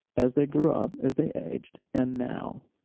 as they grew up as they aged, and now.